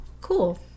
cool